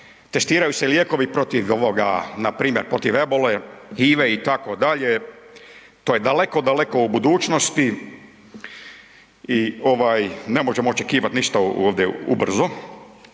Testiraju se lijekovi protiv ovoga, npr. protiv ebole, HIV-a itd., to je daleko, daleko u budućnosti i ne možemo očekivati ništa ovdje ubrzo.